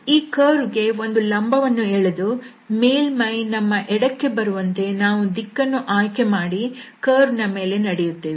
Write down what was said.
ಈ ಕರ್ವ್ ಗೆ ಒಂದು ಲಂಬವನ್ನು ಎಳೆದು ಮೇಲ್ಮೈ ನಮ್ಮ ಎಡಕ್ಕೆ ಬರುವಂತೆ ನಾವು ದಿಕ್ಕನ್ನು ಆಯ್ಕೆ ಮಾಡಿ ಕರ್ವ್ ನ ಮೇಲೆ ನಡೆಯುತ್ತೇವೆ